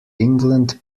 england